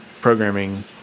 programming